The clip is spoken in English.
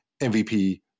MVP